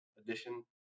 addition